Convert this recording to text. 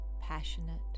passionate